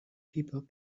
people